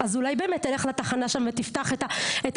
אז אולי באמת תלך לתחנה שם ותראה ששבוע